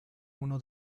uno